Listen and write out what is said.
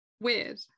weird